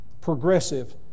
progressive